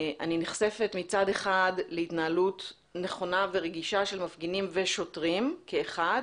אני נחשפת מצד אחד להתנהלות נכונה של מפגינים ושוטרים כאחד